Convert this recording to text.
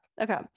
Okay